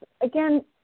again